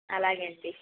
అలాగే అండి